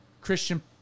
Christian